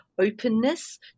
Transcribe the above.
openness